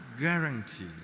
guarantee